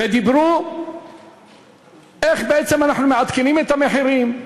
ודיברו איך בעצם אנחנו מעדכנים את המחירים,